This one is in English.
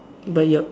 but yup